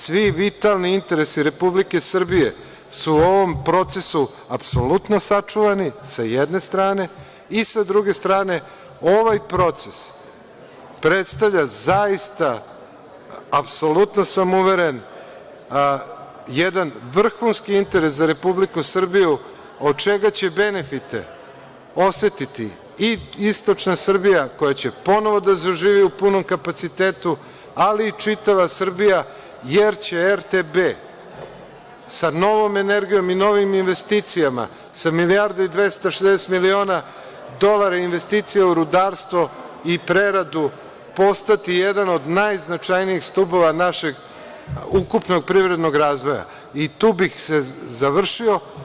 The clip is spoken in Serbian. Svi vitalni interesi Republike Srbije su u ovom procesu apsolutno sačuvani, sa jedne strane, i sa druge strane, ovaj proces predstavlja zaista, apsolutno sam uveren, jedan vrhunski interes za Republiku Srbiju, od čega će benefite osetiti i istočna Srbija, koja će ponovo da zaživi u punom kapacitetu, ali i čitava Srbija, jer će RTB sa novom energijom i novim investicijama sa milijardu i 260 miliona dolara investicija u rudarstvo i preradu postati jedan od najznačajnijih stubova našeg ukupnog privrednog razvoja, i tu bih završio.